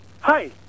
Hi